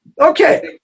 Okay